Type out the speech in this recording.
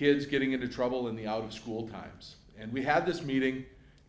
kids getting into trouble in the out of school times and we had this meeting